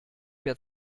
wer